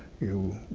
you